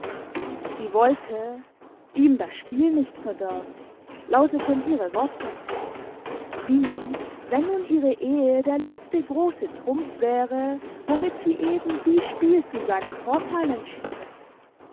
sie wollte ihm das spiel nicht verderben lauteten ihre worte wie wenn nun ihre ehe der letzte große trumpf wäre womit sie eben dies spiel zu seinem vorteil entschiede